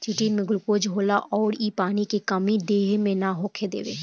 chitin में glucose होला अउर इ पानी के कमी देह मे ना होखे देवे